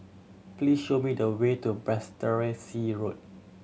please show me the way to Road